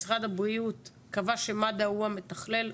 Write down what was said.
משרד הבריאות קבע שמד"א הוא המתכלל,